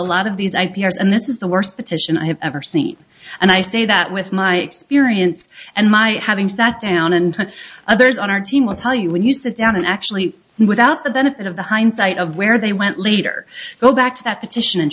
a lot of these i p s and this is the worst petition i have ever seen and i say that with my experience and my having sat down and others on our team will tell you when you sit down and actually without the benefit of the hindsight of where they went later go back to that petition and